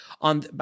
on